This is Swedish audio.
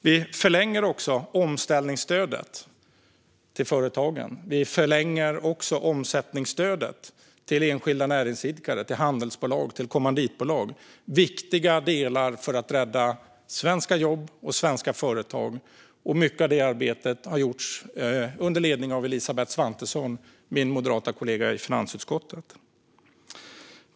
Vi förlänger också omställningsstödet till företagen, och vi förlänger omsättningsstödet till enskilda näringsidkare, handelsbolag och kommanditbolag - viktiga delar för att rädda svenska jobb och svenska företag. Mycket av det arbetet har gjorts under ledning av min moderata kollega i finansutskottet Elisabeth Svantesson.